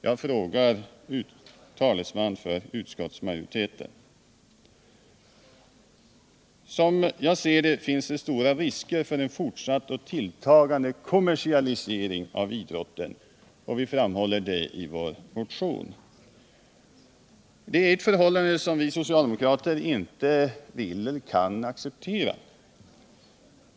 Jag frågar talesmannen för utskottet. Som jag ser det finns stora risker för en fortsatt och tilltagande kommersialisering av idrotten, ett förhållande som vi socialdemokrater inte kan acceptera. Vi framhåller detta i vår motion.